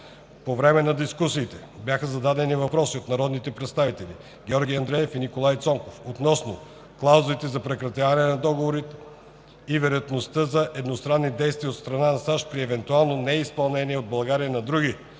По време на дискусиите бяха зададени въпроси от народните представители Георги Андреев и Николай Цонков относно клаузите за прекратяване на договорите и вероятността за едностранни действия от страна на САЩ при евентуално неизпълнение от България на други